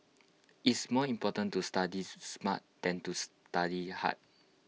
it's more important to study smart than to study hard